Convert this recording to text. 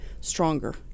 stronger